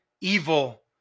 evil